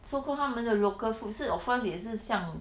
so called 他们的 local food 是 of course 也是像